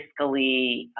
fiscally